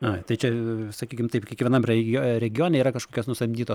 ai tai čia sakykim taip kiekvienam regio regione yra kažkokios nusamdytos